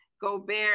Gobert